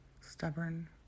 stubborn